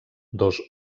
dos